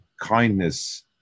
kindness